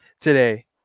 today